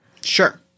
Sure